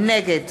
נגד